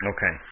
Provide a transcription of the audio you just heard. Okay